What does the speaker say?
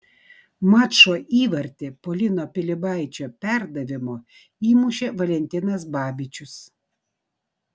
mačo įvartį po lino pilibaičio perdavimo įmušė valentinas babičius